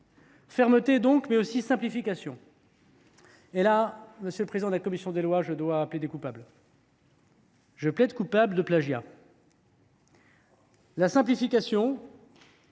fermeté, la simplification. Monsieur le président de la commission des lois, je dois plaider coupable. Je plaide coupable de plagiat. La simplification